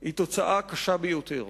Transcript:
היא תוצאה קשה ביותר.